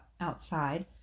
outside